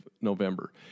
November